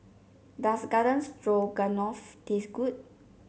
does Garden Stroganoff taste good